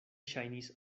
ŝajnis